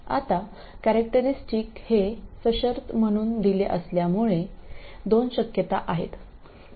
आता कॅरेक्टरिस्टिक हे सशर्त म्हणून दिले असल्यामुळे दोन शक्यता आहेत